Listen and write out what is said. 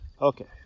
Okay